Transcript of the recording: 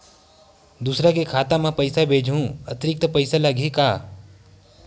दूसरा के खाता म पईसा भेजहूँ अतिरिक्त पईसा लगही का?